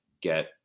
get